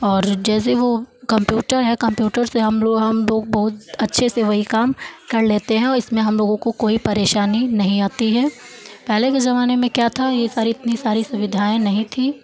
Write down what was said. और जैसे वो कम्प्यूटर है कम्प्यूटर से हम लोग हम लोग बहुत अच्छे से वही काम कर लेते हैं हम लोगों को कोई परेशानी नहीं आती है पहले के ज़माने में क्या था ये सारी इतनी सारी सुविधाएं नहीं थी